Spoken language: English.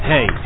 Hey